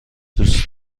دوست